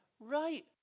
Right